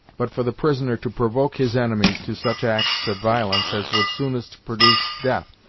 but for the prisoner to provoke his enemies to such acts of violence as would soonest produce death.